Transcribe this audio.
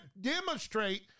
demonstrate